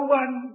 one